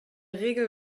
regel